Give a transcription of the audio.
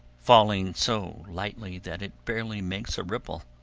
falling so lightly that it barely makes a ripple,